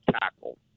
tackle